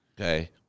Okay